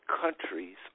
countries